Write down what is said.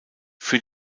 für